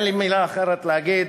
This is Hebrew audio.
אין לי מילה אחרת להגיד